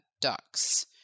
ducks